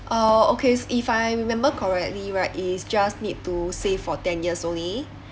uh okay if I remember correctly right is just need to save for ten years only